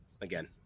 again